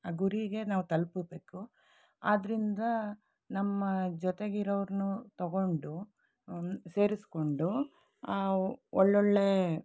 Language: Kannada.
ಆ ಗುರಿಗೆ ನಾವು ತಲ್ಪಬೇಕು ಆದ್ದರಿಂದ ನಮ್ಮ ಜೊತೆಗಿರೋರನ್ನೂ ತಗೊಂಡು ಸೇರಿಸಿಕೊಂಡು ಆ ಒಳ್ಳೊಳ್ಳೆಯ